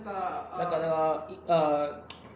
那个那个 err